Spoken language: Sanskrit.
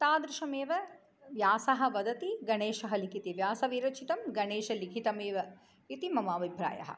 तादृशमेव व्यासः वदति गणेशः लिखति व्यासविरचितं गणेशलिखितमेव इति मम अभिप्रायः